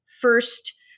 first